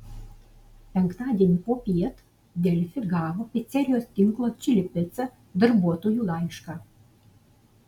penktadienį popiet delfi gavo picerijos tinklo čili pica darbuotojų laišką